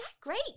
great